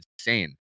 insane